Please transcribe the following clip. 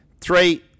three